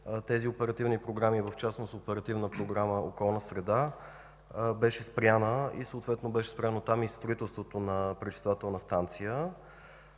тези оперативни програми, в частност Оперативна програма „Околна среда“ беше спряна и съответно там беше спряно строителството на пречиствателна станция.